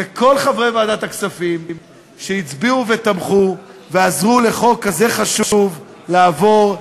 ואת כל חברי ועדת הכספים שהצביעו ותמכו ועזרו שחוק כזה חשוב יעבור,